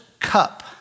cup